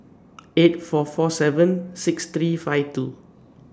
eight four four seven six three five two